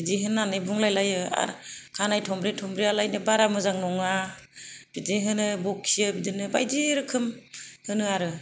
बिदि होननानै बुंलायलायो खानाइ थंब्ले थंब्लेयालायनो बारा मोजां नङा बिदि होनो बखियो बिदिनो बायदि रोखोम होनो आरो